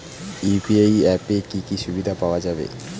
UPI অ্যাপে কি কি সুবিধা পাওয়া যাবে?